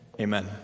amen